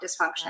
dysfunction